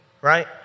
right